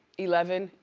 eleven,